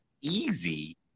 easy